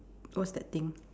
what's that thing